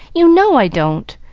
you know i don't!